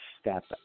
step